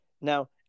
Now